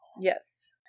Yes